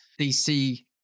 DC